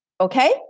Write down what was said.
okay